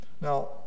Now